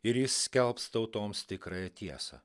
ir jis skelbs tautoms tikrąją tiesą